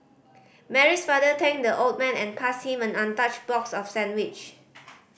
Mary's father thanked the old man and passed him an untouched box of sandwich